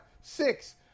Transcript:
six